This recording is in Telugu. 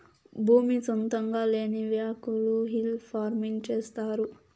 భూమి సొంతంగా లేని వ్యకులు హిల్ ఫార్మింగ్ చేస్తారు